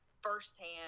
Firsthand